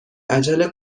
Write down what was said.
عجله